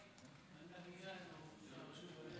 שלוש דקות